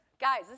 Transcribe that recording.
Guys